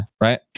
right